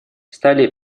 стали